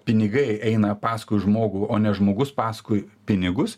pinigai eina paskui žmogų o ne žmogus paskui pinigus